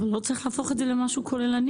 לא צריך להפוך את זה למשהו כוללני.